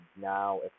now